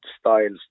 styles